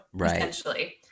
essentially